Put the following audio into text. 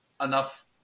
enough